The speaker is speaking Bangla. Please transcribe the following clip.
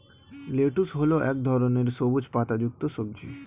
লেটুস হল এক ধরনের সবুজ পাতাযুক্ত সবজি